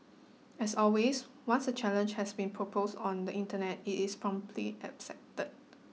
as always once a challenge has been proposed on the Internet it is promptly accepted